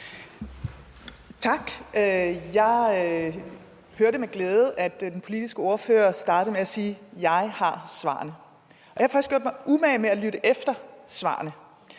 Tak. Jeg hørte med glæde, at den politiske ordfører startede med at sige: Jeg har svarene. Jeg har faktisk gjort mig umage med at lytte efter i svarene.